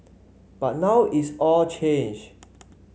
but now it's all changed